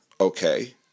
okay